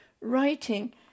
writing